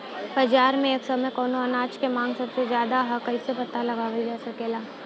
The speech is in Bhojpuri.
बाजार में एक समय कवने अनाज क मांग सबसे ज्यादा ह कइसे पता लगावल जा सकेला?